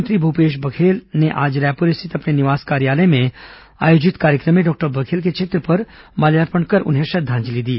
मुख्यमंत्री भूपेश बघेल ने आज रायपुर स्थित अपने निवास कार्यालय में आयोजित कार्यक्रम में डॉक्टर बघेल के चित्र पर माल्यार्पण कर उन्हें श्रद्वांजलि दी